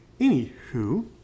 Anywho